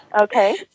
Okay